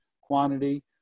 quantity